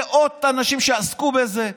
מאות אנשים שעסקו בזה,